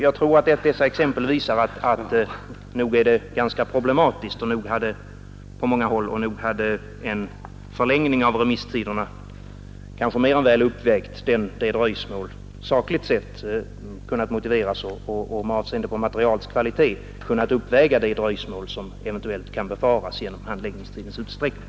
Jag tror att dessa exempel visar att nog är det ganska problematiskt på många håll och nog hade en förlängning av remisstiderna sakligt sett kunnat motiveras och med avseende på materialets kvalitet mer än väl kunnat uppväga det dröjsmål som eventuellt kan befaras genom handläggningstidens utsträckning.